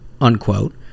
unquote